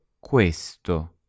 questo